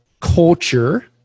culture